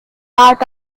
part